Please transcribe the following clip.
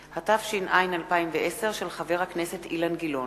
התש"ע 2010, של חברי הכנסת מירי רגב וחיים כץ,